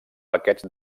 paquets